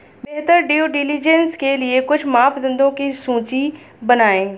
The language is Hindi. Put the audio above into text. बेहतर ड्यू डिलिजेंस के लिए कुछ मापदंडों की सूची बनाएं?